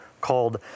called